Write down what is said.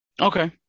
Okay